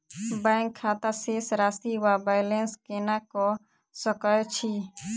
Bank खाता शेष राशि वा बैलेंस केना कऽ सकय छी?